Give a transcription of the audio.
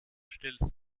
stellst